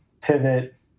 pivot